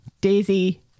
Daisy